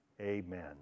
Amen